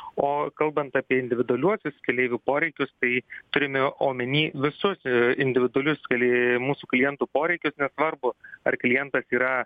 o kalbant apie individualiuosius keleivių poreikius tai turime omeny visus individualius keli mūsų klientų poreikius nesvarbu ar klientas yra